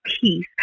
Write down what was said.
peace